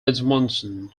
edmondson